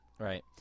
Right